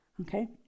okay